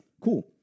cool